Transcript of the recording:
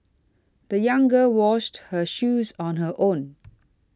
the young girl washed her shoes on her own